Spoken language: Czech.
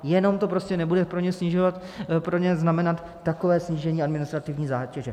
Jenom to prostě nebude pro ně znamenat takové snížení administrativní zátěže.